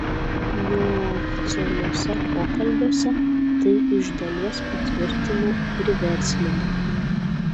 neoficialiuose pokalbiuose tai iš dalies patvirtina ir verslininkai